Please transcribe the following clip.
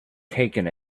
taken